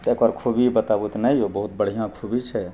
तऽ एकर खुबी बताबू तऽ नै यौ बहुत बढ़िआँ खुबी छै